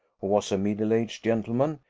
who was a middle-aged gentleman,